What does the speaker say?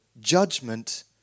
judgment